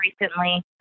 recently